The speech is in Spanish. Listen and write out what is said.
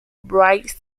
wright